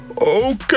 okay